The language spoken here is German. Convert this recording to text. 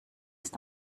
ist